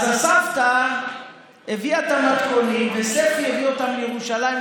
אז הסבתא הביאה את המתכונים וספי הביא אותם לירושלים,